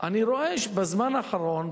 אני רואה בזמן האחרון,